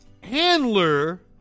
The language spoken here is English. handler